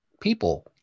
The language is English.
People